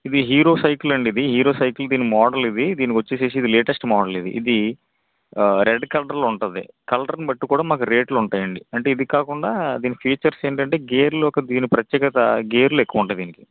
ఇది Hero cycle అండి Hero cycle దీని మోడల్ ఇది దీని వచ్చేసి లేటెస్ట్ మోడల్ ఇది రెడ్ కలర్లో ఉంటుంది కలర్ని బట్టి కూడా మాకు రేట్లో ఉంటాయండి అంటే ఇది కాకుండా దీని ఫీచర్స్ ఏంటంటే గేర్లు దీని యొక్క ప్రత్యేకత గేర్లు ఎక్కువ ఉంటాయి దీనికి